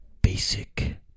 Basic